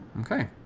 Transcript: Okay